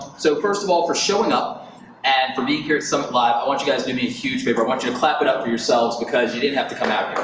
so first of all, for showing up and for being here at summit live, i want you guys to do me a huge favor. i want you to clap it up for yourselves because you didn't have to come out